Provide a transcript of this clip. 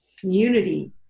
community